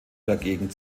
dagegen